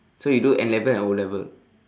so you do N-level and O-level